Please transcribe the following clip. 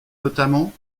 notamment